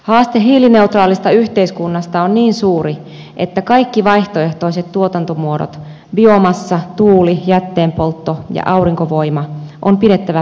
haaste hiilineutraalista yhteiskunnasta on niin suuri että kaikki vaihtoehtoiset tuotantomuodot biomassa tuuli jätteenpoltto ja aurinkovoima on pidettävä pöydällä